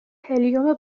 هلیوم